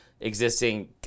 existing